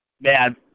Man